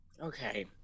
okay